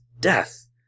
death